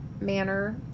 manner